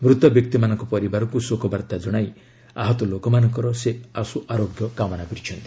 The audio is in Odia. ମୂତ ବ୍ୟକ୍ତିମାନଙ୍କ ପରିବାରକୁ ଶୋକବାର୍ତ୍ତା ଜଣାଇ ଆହତ ଲୋକମାନଙ୍କର ସେ ଆଶୁ ଆରୋଗ୍ୟ କାମନା କରିଛନ୍ତି